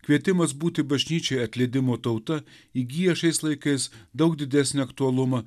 kvietimas būti bažnyčioje atleidimo tauta įgyja šiais laikais daug didesnį aktualumą